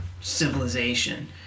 civilization